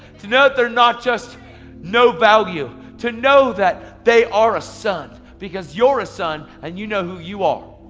to know that they're not just no value. to know that they are a son. because you're a son and you know who you are.